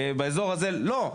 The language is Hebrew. באזור הזה לא,